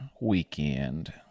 weekend